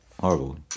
horrible